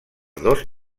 dos